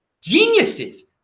Geniuses